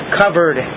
covered